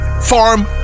Farm